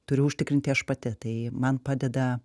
turiu užtikrinti aš pati tai man padeda